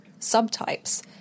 subtypes